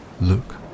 look